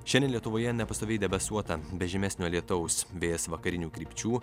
šiandien lietuvoje nepastoviai debesuota be žymesnio lietaus vėjas vakarinių krypčių